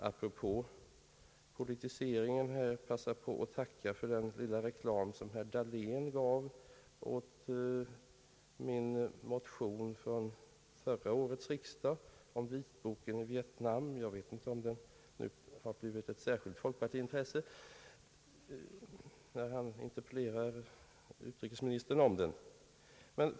Apropå politiseringen skall jag kanske passa på och tacka för den lilla reklam som herr Dahlén gav åt min motion från förra årets riksdag om vitboken om Vietnam. Jag vet inte om den nu blivit ett särskilt folkpartiintresse, när han interpellerar utrikesministern om den.